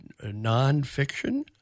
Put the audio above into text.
nonfiction